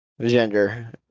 gender